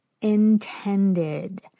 intended